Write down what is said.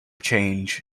change